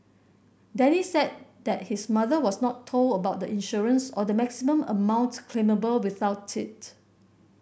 Denny said that his mother was not told about the insurance or the maximum amount claimable without it